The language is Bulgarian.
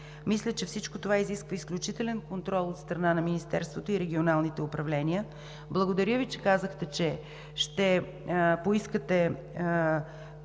Мисля, че всичко това изисква изключителен контрол от страна на Министерството и регионалните управления. Благодаря Ви, че казахте, че ще поискате